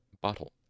bottle